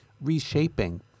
reshaping